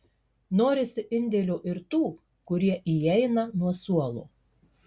norisi indėlio ir tų kurie įeina nuo suolo